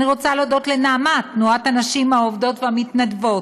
אני רוצה להודות ל"נעמת" תנועת הנשים העובדות והמתנדבות,